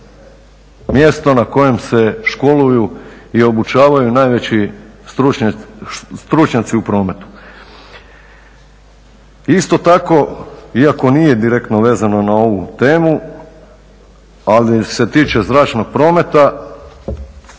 mjesto na kojem se školuju i obučavaju najveći stručnjaci u prometu. Isto tako iako nije direktno vezano na ovu temu ali se tiče zračnog prometa